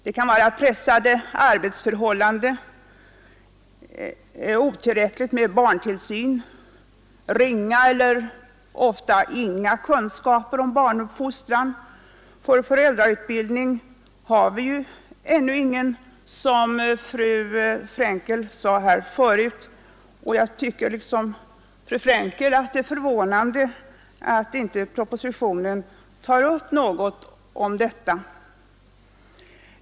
Det kan vara str de arbetsförhållanden, otillräcklig barntillsyn, ringa eller ofta inga kunskaper om barnuppfostran. Som fru Frenkel förut sade har vi ju ingen föräldrautbildning, och jag liksom fru Frankel tycker att det är förvånande att inte propositionen tar upp något om detta.